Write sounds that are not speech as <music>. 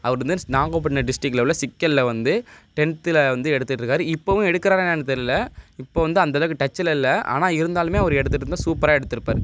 அவர் <unintelligible> நாகப்பட்டினம் டிஸ்ட்ரிக்ட்டில் உள்ள சிக்கலில் வந்து டென்த்தில் வந்து எடுத்துட்ருக்கார் இப்போவும் எடுக்குறாரா என்னான்னு தெர்யல இப்போ வந்து அந்த அளவுக்கு டச்சில் இல்லை ஆனால் இருந்தாலுமே அவரு எடுத்துட்டுருந்தா சூப்பராக எடுத்து இருப்பார்